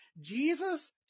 Jesus